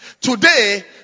Today